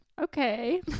Okay